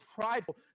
prideful